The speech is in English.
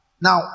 Now